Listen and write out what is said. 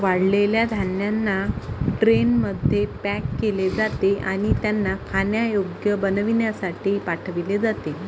वाळलेल्या धान्यांना ट्रेनमध्ये पॅक केले जाते आणि त्यांना खाण्यायोग्य बनविण्यासाठी पाठविले जाते